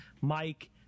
Mike